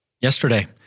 Yesterday